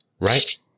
right